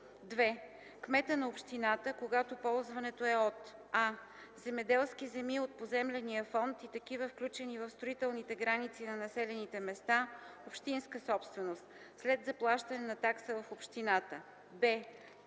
2. кмета на общината, когато ползването е от: а) земеделски земи от поземления фонд и такива, включени в строителните граници на населените места – общинска собственост, след заплащане на такса в общината;